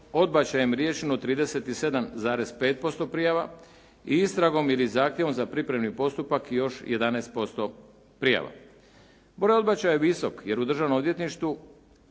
odbačajem riješeno 37,5% prijava i istragom ili zahtjevom za pripremni postupak, još 11% prijava. Broj odbačaja je visok jer u državnom odvjetništvu,